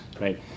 right